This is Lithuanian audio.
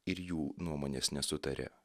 ir jų nuomonės nesutarė